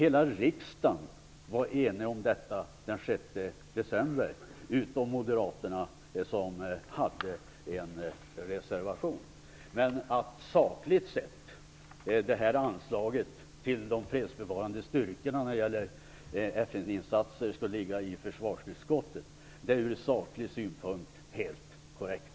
Om detta var den 6 december hela riksdagen enig utom Att anslaget till de fredsbevarande styrkorna när det gäller FN-insatser skulle ligga hos försvarsutskottet är sakligt sett helt korrekt.